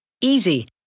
Easy